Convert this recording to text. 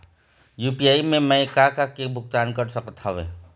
UPI से मैं का का के भुगतान कर सकत हावे?